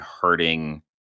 hurting